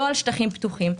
לא על שטחים פתוחים.